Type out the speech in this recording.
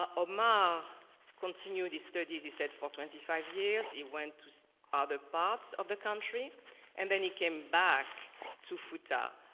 ah omar continued his studies he said for twenty five years. he went to other parts of the country and then he came back to futa,